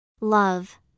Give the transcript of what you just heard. Love